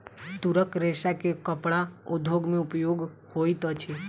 तूरक रेशा के कपड़ा उद्योग में उपयोग होइत अछि